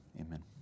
Amen